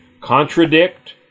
contradict